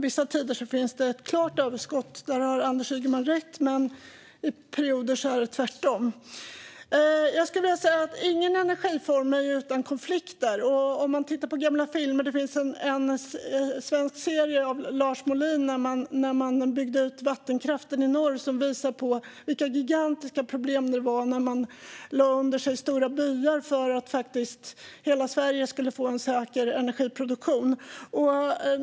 Vissa tider finns det ett klart överskott - där har Anders Ygeman rätt - men i perioder är det tvärtom. Jag skulle vilja säga att ingen energiform är utan konflikter. Man kan titta på gamla filmer, och det finns en svensk serie av Lars Molin om när man byggde ut vattenkraften i norr som visar vilka gigantiska problem det var när man lade under sig stora byar för att hela Sverige skulle få en säker energiproduktion.